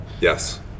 Yes